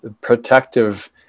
protective